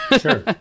Sure